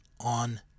on